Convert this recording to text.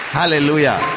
hallelujah